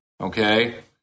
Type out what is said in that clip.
Okay